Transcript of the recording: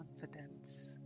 confidence